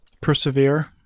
Persevere